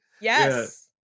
Yes